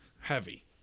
heavy